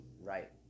Right